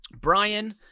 Brian